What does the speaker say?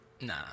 Nah